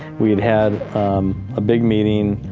we had had a big meeting,